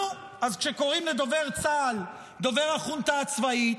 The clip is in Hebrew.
נו, אז כשקוראים לדובר צה"ל "דובר החונטה הצבאית",